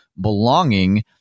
belonging